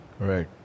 right